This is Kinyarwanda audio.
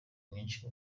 myinshi